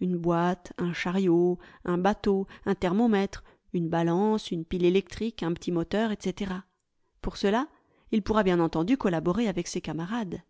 une boîte un chariot un bateau un thermomètre une balance une pile électrique un petit moteur etc pour cela il pourra bien entendu collaborer avec ses camarades